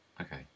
Okay